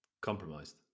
Compromised